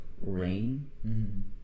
rain